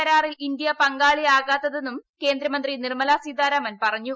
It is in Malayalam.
കരാറിൽ ഇന്ത്യ പങ്കാളിയാകത്തതെന്നും കേന്ദ്രമന്ത്രി നിർമ്മലാ സീതാരാമൻ പറഞ്ഞു